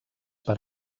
per